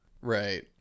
Right